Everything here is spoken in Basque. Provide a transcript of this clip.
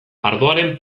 ardoaren